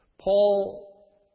Paul